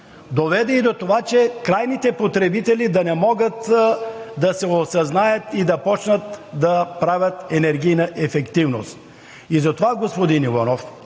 доведе и до това, крайните потребители да не могат да се осъзнаят и да започнат да плащат енергийна ефективност. Затова, господин Иванов,